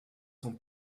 son